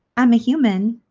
i'm a human